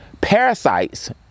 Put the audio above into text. Parasites